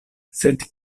sed